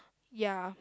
ya